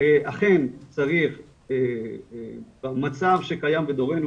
אכן צריך במצב שקיים בדורנו,